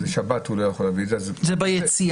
אז בשבת הוא לא יכול להביא --- זה ביציאה?